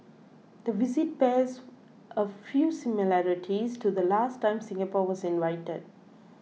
the visit bears a few similarities to the last time Singapore was invited